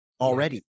already